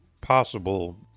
possible